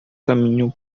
caminham